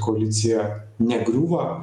koalicija negriūva